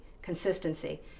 consistency